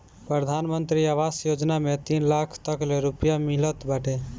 प्रधानमंत्री आवास योजना में तीन लाख तकले रुपिया मिलत बाटे